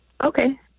Okay